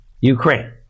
Ukraine